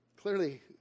Clearly